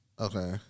Okay